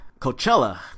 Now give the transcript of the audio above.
Coachella